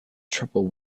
trouble